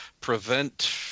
prevent